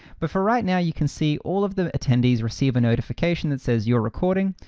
but for right now, you can see all of the attendees receive a notification that says you're recording,